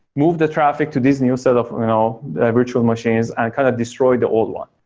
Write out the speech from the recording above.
move the traffic to this new set of virtual machines and kind of destroy the old one.